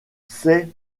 sait